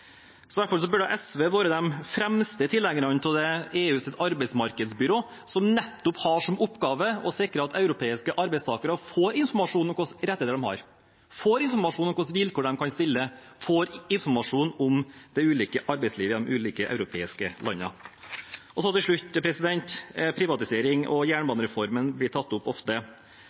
burde SV vært de fremste tilhengerne av EUs arbeidsmarkedsbyrå, som nettopp har som oppgave å sikre at europeiske arbeidstakere får informasjon om hvilke rettigheter de har, om hvilke vilkår de kan stille, og om arbeidslivet i de ulike europeiske landene. Privatisering og jernbanereformen blir tatt opp ofte.